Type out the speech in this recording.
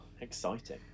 Exciting